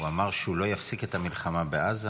הוא אמר שהוא לא יפסיק את המלחמה בעזה